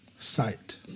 sight